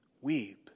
weep